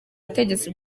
butegetsi